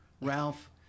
Ralph